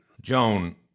Joan